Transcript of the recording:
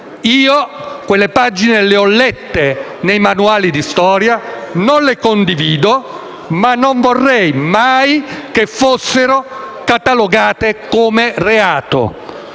quelle pagine nei manuali di storia e non le condivido, ma non vorrei mai che fossero catalogate come reato.